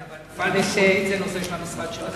אבל סגירת מפעל "ביטחונית" הוא נושא של המשרד שלכם.